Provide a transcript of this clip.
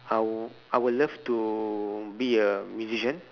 I wou~ I would love to be a musician